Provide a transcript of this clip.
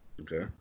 Okay